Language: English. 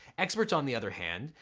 experts, on the other hand,